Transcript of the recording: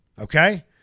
Okay